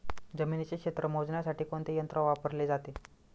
जमिनीचे क्षेत्र मोजण्यासाठी कोणते यंत्र वापरले जाते?